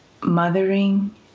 mothering